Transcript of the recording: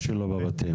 בבתים.